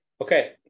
okay